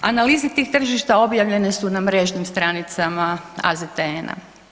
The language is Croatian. Analize tih tržišta obavljene su na mrežnim stranicama AZTN-a.